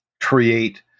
create